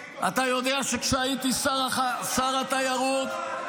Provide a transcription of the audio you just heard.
אתה יודע שכשהייתי שר התיירות --- חמד,